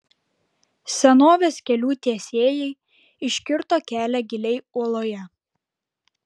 senovės kelių tiesėjai iškirto kelią giliai uoloje